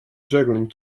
juggling